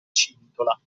cintola